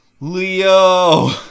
Leo